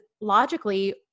logically